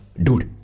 dude!